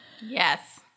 yes